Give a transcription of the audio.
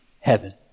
heaven